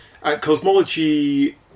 Cosmology